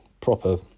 proper